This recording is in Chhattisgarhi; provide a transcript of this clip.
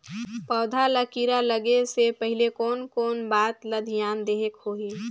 पौध ला कीरा लगे से पहले कोन कोन बात ला धियान देहेक होही?